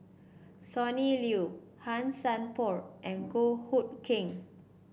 Sonny Liew Han Sai Por and Goh Hood Keng